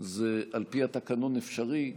על פי זה התקנון אפשרי,